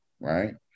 right